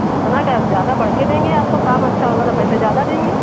उतना तो अब ज्यादा बढ़ के देंगे आपको काम अच्छा होगा तो पैसे ज्यादा देंगे